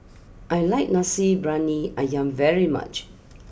I like Nasi Briyani Ayam very much